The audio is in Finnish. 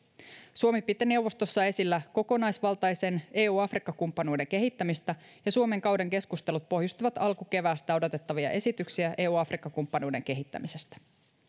suomi piti neuvostossa esillä kokonaisvaltaisen eu afrikka kumppanuuden kehittämistä ja suomen kauden keskustelut pohjustivat alkukeväästä odotettavia esityksiä eu afrikka kumppanuuden kehittämisestä